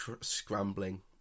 scrambling